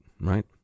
right